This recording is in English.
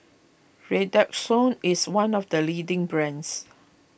Redoxon is one of the leading brands